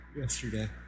yesterday